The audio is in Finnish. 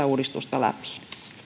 uudistusta läpi